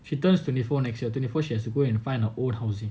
she turns twenty four next year twenty four she has to go and find a own housing